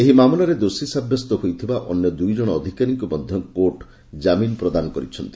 ଏହି ମାମଲାରେ ଦୋଷୀ ସାବ୍ୟସ୍ତ ହୋଇଥିବା ଅନ୍ୟ ଦୁଇ ଜଶ ଅଧିକାରୀଙ୍କୁ ମଧ୍ଧ କୋର୍ଟ ଜାମିନ୍ ପ୍ରଦାନ କରିଛନ୍ତି